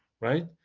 right